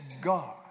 God